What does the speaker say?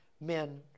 men